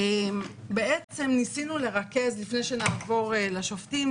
לפני שנעבור לשופטים,